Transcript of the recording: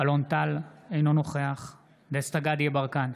אלון טל, אינו נוכח דסטה גדי יברקן,